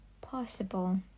possible